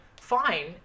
fine